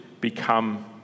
become